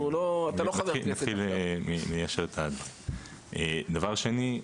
דבר שני,